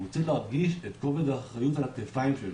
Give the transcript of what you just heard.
הוא צריך להרגיש את כובד האחריות על הכתפיים שלו.